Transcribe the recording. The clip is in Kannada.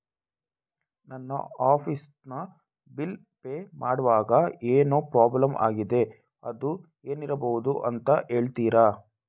ನನ್ನ ಆಫೀಸ್ ನ ಬಿಲ್ ಪೇ ಮಾಡ್ವಾಗ ಏನೋ ಪ್ರಾಬ್ಲಮ್ ಆಗಿದೆ ಅದು ಏನಿರಬಹುದು ಅಂತ ಹೇಳ್ತೀರಾ?